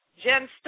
Jen